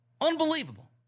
Unbelievable